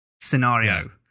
scenario